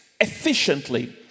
efficiently